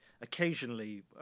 occasionally